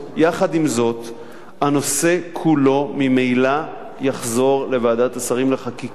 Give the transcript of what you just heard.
הנושא כולו ממילא יחזור לוועדת השרים לחקיקה,